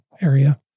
area